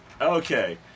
okay